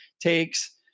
takes